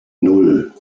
nan